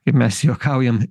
kaip mes juokaujam